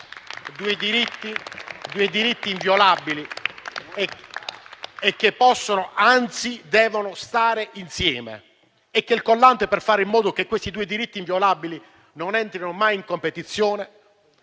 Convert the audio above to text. due diritti inviolabili e che possono, anzi devono, stare insieme. Il collante per fare in modo che questi due diritti inviolabili non entrino mai in competizione